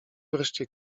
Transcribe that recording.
wreszcie